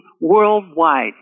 worldwide